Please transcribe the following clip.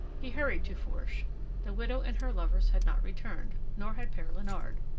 he hurried to fourche the widow and her lovers had not returned, nor had pere leonard.